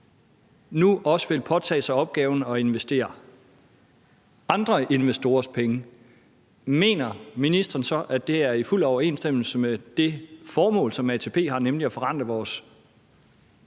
nu også vil påtage sig opgaven at investere andre investorers penge, mener ministeren så, at det er i fuld overensstemmelse med det formål, som ATP har, nemlig at forrente vores